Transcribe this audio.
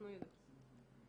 אנחנו יודעים.